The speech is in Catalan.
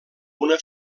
una